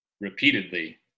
repeatedly